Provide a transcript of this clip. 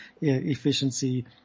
efficiency